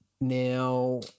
now